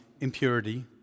impurity